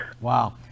Wow